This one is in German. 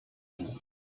bug